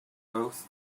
both